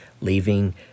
leaving